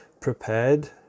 prepared